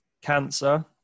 Cancer